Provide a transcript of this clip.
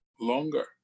longer